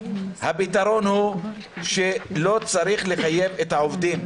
הפתרון הוא שלא צריך לחייב את העובדים.